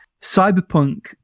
Cyberpunk